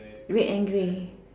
red and grey